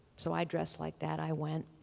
so i dressed like that. i went.